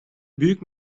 büyük